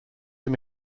him